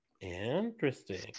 Interesting